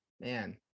man